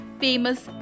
famous